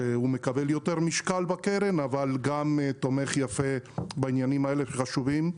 שמקבל יותר משקל בקרן אבל גם תומך יפה בעניינים החשובים האלה.